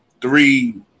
Three